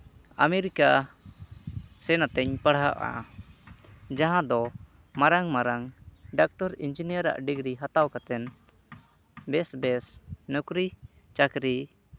America ᱥᱮ ᱱᱚᱛᱮᱧ ᱯᱟᱲᱦᱟᱣᱚᱜᱼᱟ ᱡᱟᱦᱟᱸ ᱫᱚ ᱢᱟᱨᱟᱝᱼᱢᱟᱨᱟᱝ ᱰᱟᱠᱴᱚᱨ ᱤᱧᱡᱤᱱᱤᱭᱟᱨᱟᱜ ᱰᱤᱜᱽᱨᱤ ᱦᱟᱛᱟᱣ ᱠᱟᱛᱮ ᱵᱮᱥᱼᱵᱮᱥ ᱱᱩᱠᱨᱤᱼᱪᱟᱹᱠᱨᱤ